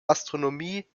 astronomie